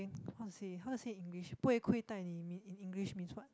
how to say how to say in English 不会亏待你 in English means what